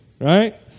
Right